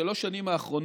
בשלוש השנים האחרונות,